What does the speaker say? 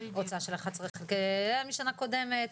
הוצאה משנה קודמת.